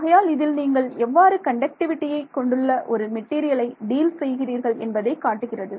ஆகையால் இதில் நீங்கள் எவ்வாறு கண்டக்டிவிட்டியை கொண்டுள்ள ஒரு மெட்டீரியலை டீல் செய்கிறீர்கள் என்பதை காட்டுகிறது